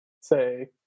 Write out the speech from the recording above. say